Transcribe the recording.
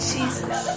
Jesus